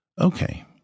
Okay